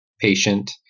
patient